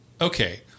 okay